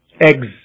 eggs